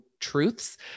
truths